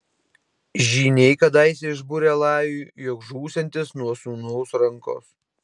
žyniai kadaise išbūrė lajui jog žūsiantis nuo sūnaus rankos